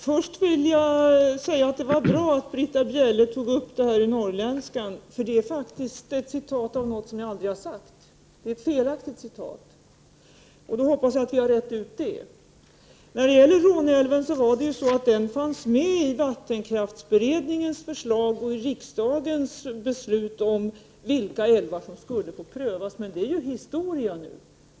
Herr talman! Det var bra att Britta Bjelle nämnde citatet i Norrländskan, eftersom jag aldrig har sagt det som står där, det är ett felaktigt citat. Därmed hoppas jag att vi har rett ut detta. Råne älv finns med i vattenkraftsberedningens förslag och i riksdagens beslut om vilka älvar som skulle få prövas, men det är ju historia nu.